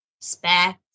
spare